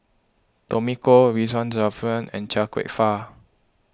Tommy Koh Ridzwan Dzafir and Chia Kwek Fah